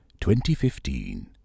2015